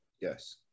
Yes